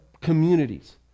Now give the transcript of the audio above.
communities